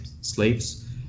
slaves